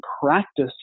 practice